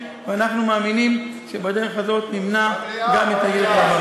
ואנחנו מאמינים שבדרך הזאת נמנע גם את הירי הבא.